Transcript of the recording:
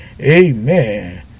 Amen